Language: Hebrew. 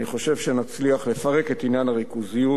אני חושב שנצליח לפרק את עניין הריכוזיות.